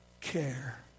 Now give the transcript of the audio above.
care